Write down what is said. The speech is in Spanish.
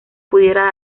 pudieran